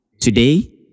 Today